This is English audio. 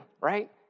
right